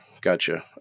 Gotcha